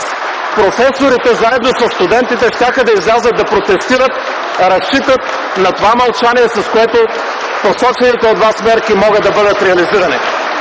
професорите заедно със студентите щяха да излязат да протестират. Разчитат на това мълчание, с което посочените от вас мерки могат да бъдат реализирани.